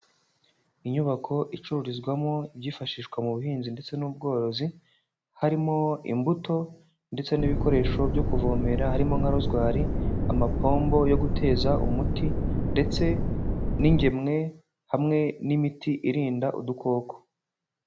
Inyubako icururizwamo ibyifashishwa mu buhinzi ndetse n'ubworozi, harimo imbuto ndetse n'ibikoresho byo kuvomerera harimo nka rozwari, amapombo yo guteza umuti ndetse n'ingemwe hamwe n'imiti irinda udukoko.